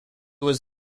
was